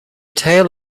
tail